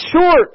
short